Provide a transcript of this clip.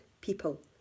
people